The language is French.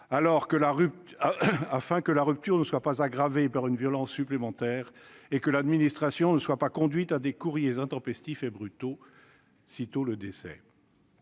éviter que la rupture soit aggravée par une violence supplémentaire et que l'administration soit conduite à envoyer des courriers intempestifs et brutaux sitôt le décès